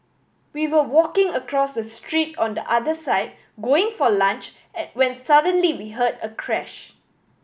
we were walking across the street on the other side going for lunch an when suddenly we heard a crash